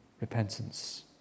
repentance